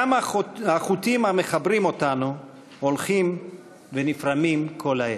גם החוטים המחברים אותנו הולכים ונפרמים כל העת.